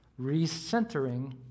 recentering